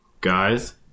Guys